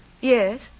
Yes